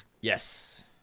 yes